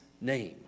name